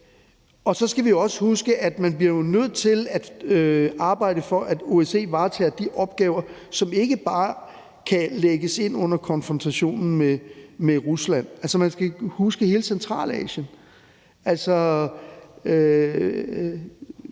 Så skal vi også huske, at man jo bliver nødt til at arbejde for, at OSCE varetager de opgaver, som ikke bare kan lægges ind under konfrontationen med Rusland. Man skal huske hele Centralasien,